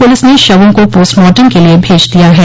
police ने शवों को पोस्टमार्टम के लिये भेज दिया है